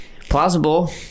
plausible